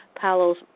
Palos